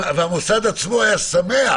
והמוסד היה שמח